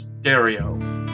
Stereo